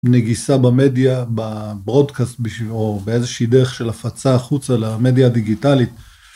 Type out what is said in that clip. נגיסה במדיה, בברודקאסט או באיזושהי דרך של הפצה החוצה למדיה הדיגיטלית.